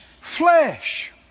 flesh